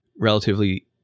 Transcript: relatively